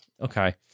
okay